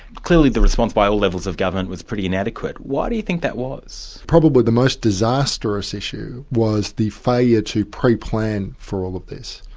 clearly the response by all levels of government was pretty inadequate. why do you think that was? probably the most disastrous issue was the failure to pre-plan for all of this.